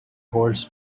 holds